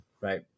right